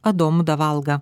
adomu davalga